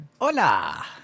Hola